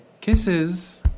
Kisses